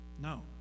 no